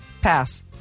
Pass